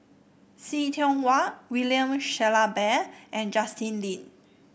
See Tiong Wah William Shellabear and Justin Lean